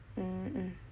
mm mm